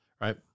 right